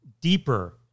deeper